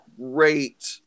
great